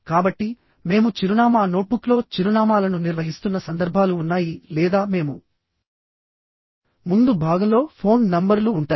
కాబట్టి మేము చిరునామా నోట్బుక్లో చిరునామాలను నిర్వహిస్తున్న సందర్భాలు ఉన్నాయి లేదా మేము ముందు భాగంలో ఫోన్ నంబర్లు ఉంటాయి